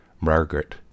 Margaret